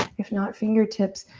if not, fingertips.